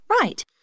Right